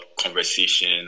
conversation